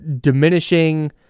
diminishing